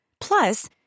Plus